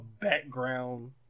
background